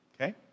Okay